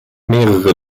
mehrere